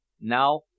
Now